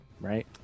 Right